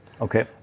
okay